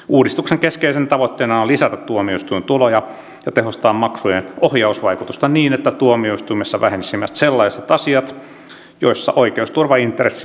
uudistuksen keskeisenä tavoitteena on lisätä tuomioistuintuloja ja tehostaa maksujen ohjausvaikutusta niin että tuomioistuimissa vähenisivät sellaiset asiat joissa oikeusturvaintressi on pieni